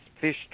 fish